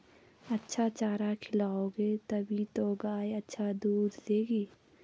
अच्छा चारा खिलाओगे तभी तो गाय अच्छा दूध देगी